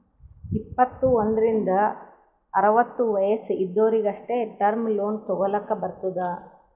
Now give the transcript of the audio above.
ಇಪ್ಪತ್ತು ಒಂದ್ರಿಂದ್ ಅರವತ್ತ ವಯಸ್ಸ್ ಇದ್ದೊರಿಗ್ ಅಷ್ಟೇ ಟರ್ಮ್ ಲೋನ್ ತಗೊಲ್ಲಕ್ ಬರ್ತುದ್